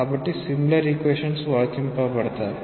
కాబట్టి similar equations వర్తించబడతాయి